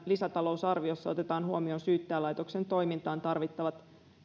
lisätalousarviossa otetaan huomioon syyttäjälaitoksen toimintaan tarvittavat